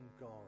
God